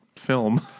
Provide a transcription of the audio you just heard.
film